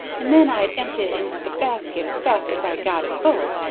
and then i'd empt' it into the basket as fast as i got it full.